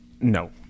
no